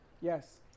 Yes